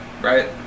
Right